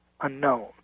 unknown